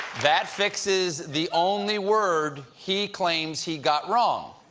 that fixes the only word he claims he got wrong.